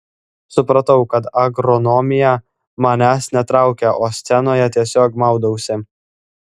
supratau kad agronomija manęs netraukia o scenoje tiesiog maudausi